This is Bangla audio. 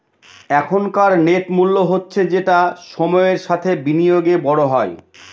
এখনকার নেট মূল্য হচ্ছে যেটা সময়ের সাথে বিনিয়োগে বড় হয়